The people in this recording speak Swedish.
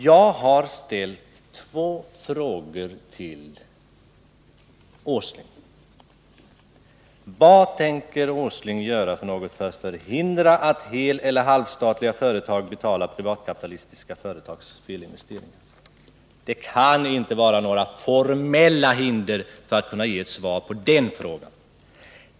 Jag har ställt två frågor till Nils Åsling, av vilka den första lyder: Vad tänker Nils Åsling göra för att förhindra att heleller halvstatliga företag betalar privatkapitalistiska företags felinvesteringar? Det kan inte finnas några formella hinder för att ge ett svar på den frågan.